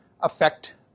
affect